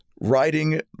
writing